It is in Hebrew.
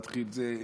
מתחיל זה.